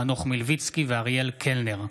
חנוך מלביצקי ואריאל קלנר.